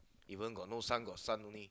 even got no sun got sun only